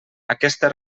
aquesta